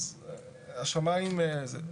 אז השמיים זה.